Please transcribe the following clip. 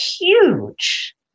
huge